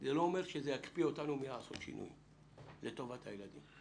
זה לא אומר שזה יקפיא אותנו מלעשות שינויים לטובת הילדים.